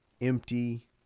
empty